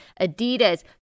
Adidas